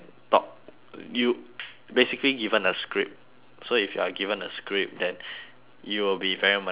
you basically given a script so if you are given a script then you will be very monotonous